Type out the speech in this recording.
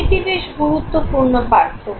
এটি বেশ গুরুত্বপূর্ণ পার্থক্য